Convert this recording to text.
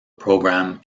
program